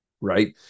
right